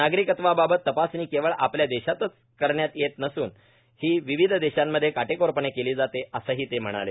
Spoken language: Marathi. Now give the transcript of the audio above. नागरिकत्वा बाबत तपासणी केवळ आपल्या देशातच करण्यात येत नसून ही विविध देशांमध्ये काटेकोरपणे केली जाते असंही ते म्हणाले